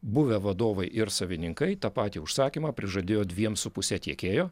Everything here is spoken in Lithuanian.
buvę vadovai ir savininkai tą patį užsakymą prižadėjo dviem su puse tiekėjo